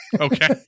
Okay